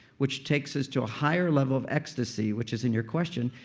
which takes us to a higher level of ecstasy, which is in your question,